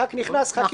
ח"כ נכנס.